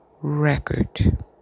record